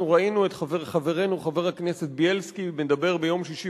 אנחנו ראינו את חברנו חבר הכנסת בילסקי מדבר ביום שישי